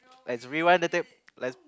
let's let's rewind the tape